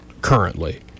currently